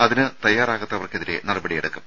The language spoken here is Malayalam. അതിന് തയ്യാറാകാത്തവർക്കെതിരെ നടപടിയെടുക്കും